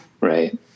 right